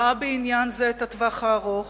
ראה בעניין זה את הטווח הארוך